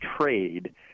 trade